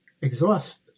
exhaust